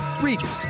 Regions